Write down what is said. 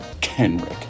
Kenrick